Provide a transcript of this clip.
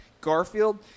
Garfield